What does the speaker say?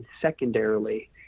secondarily